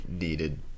needed